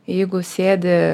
jeigu sėdi